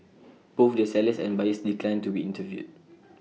both the sellers and buyers declined to be interviewed